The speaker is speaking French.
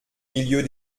milieu